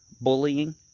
bullying